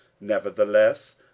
Nevertheless